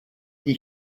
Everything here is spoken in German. die